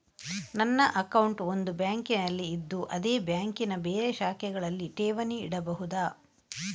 ನನ್ನ ಅಕೌಂಟ್ ಒಂದು ಬ್ಯಾಂಕಿನಲ್ಲಿ ಇದ್ದು ಅದೇ ಬ್ಯಾಂಕಿನ ಬೇರೆ ಶಾಖೆಗಳಲ್ಲಿ ಠೇವಣಿ ಇಡಬಹುದಾ?